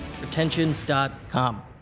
Retention.com